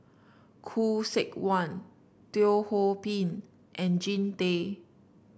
Khoo Seok Wan Teo Ho Pin and Jean Tay